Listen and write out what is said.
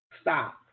Stop